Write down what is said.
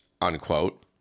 unquote